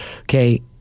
okay